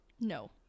no